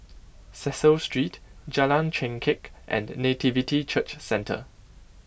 Cecil Street Jalan Chengkek and Nativity Church Centre